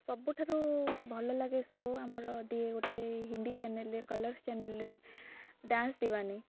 ସବୁଠାରୁ ଭଲ ଲାଗେ ଶୋ ଆମର ଦିଏ ଗୋଟେ ହିନ୍ଦୀ ଚ୍ୟାନେଲ୍ରେ କଲରସ୍ ଚ୍ୟାନେଲ୍ରେ ଡ୍ୟାନ୍ସ୍ ଦିୱାନେ